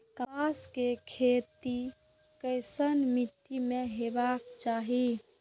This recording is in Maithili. कपास के खेती केसन मीट्टी में हेबाक चाही?